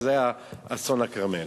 אסון הכרמל.